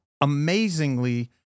amazingly